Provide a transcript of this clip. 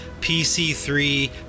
PC3